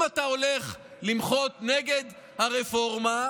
אם אתה הולך למחות נגד הרפורמה,